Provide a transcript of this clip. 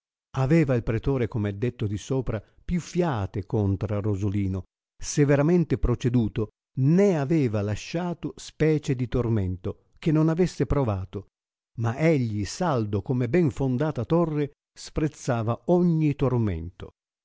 aveva il pretore coni è detto di sopra più fiate contra rosolino severamente proceduto né aveva lasciato specie di tormento che non avesse provato ma egli saldo come ben fondata torre sprezzava ogni tormento